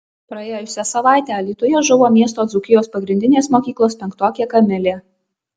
praėjusią savaitę alytuje žuvo miesto dzūkijos pagrindinės mokyklos penktokė kamilė